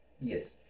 yes